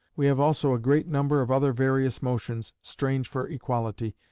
we have also a great number of other various motions, strange for equality,